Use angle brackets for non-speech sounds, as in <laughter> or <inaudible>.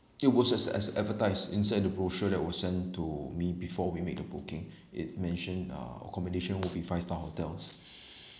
it was as as advertised inside the brochure that were sent to me before we make a booking it mentioned uh accommodation will be five star hotels <breath>